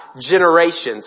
generations